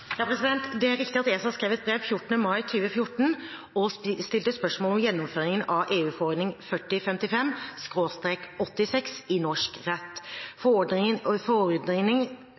Det er riktig at ESA skrev et brev 14. mai 2014 og stilte spørsmål om gjennomføringen av EU-forordning 4055/86 i norsk rett. Forordningen, som er tatt inn i EØS-avtalen, gir EU- og